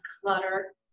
clutter